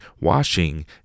washing